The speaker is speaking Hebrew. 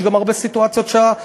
יש גם הרבה סיטואציות שהעובד,